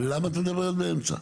למה את מדברת באמצע?